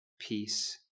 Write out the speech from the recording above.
peace